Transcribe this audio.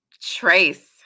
Trace